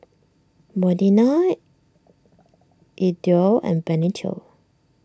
Modena Edw and Benito